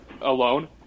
alone